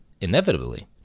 inevitably